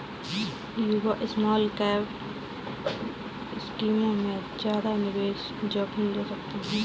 युवा स्मॉलकैप स्कीमों में ज्यादा निवेश जोखिम ले सकते हैं